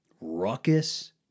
Ruckus